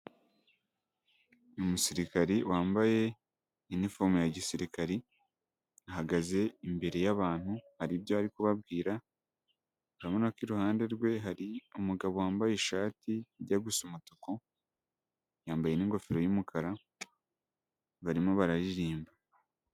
Umusirikari wambaye, inifomu ya gisirikari. Ahagaze imbere y'abantu hari ibyo ari kubabwira. Urabona ko iruhande rwe hari umugabo wambaye ishati ijya gusa umutuku, yambaye n'ingofero y'umukara, barimo bararirimba.